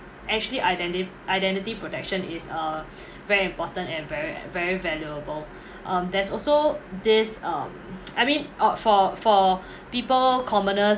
actually identi~ identity protection is a very important and very very valuable um there's also this um I mean uh for for people commoners